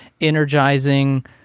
energizing